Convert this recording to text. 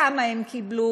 כמה הם קיבלו